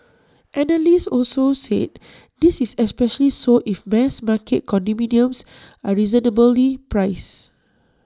analysts also said this is especially so if mass market condominiums are reasonably priced